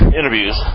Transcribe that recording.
interviews